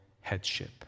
headship